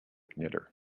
knitter